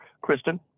Kristen